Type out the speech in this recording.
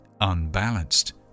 unbalanced